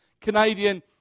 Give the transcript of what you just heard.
Canadian